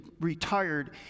retired